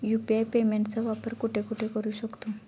UPI पेमेंटचा वापर कुठे कुठे करू शकतो?